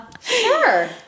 sure